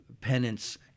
penance